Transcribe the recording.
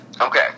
Okay